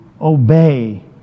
Obey